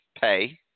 pay